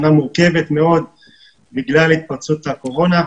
שנה מורכבת מאוד בגלל התפרצות הקורונה.